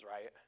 right